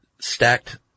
stacked